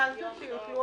השאלה היא מי.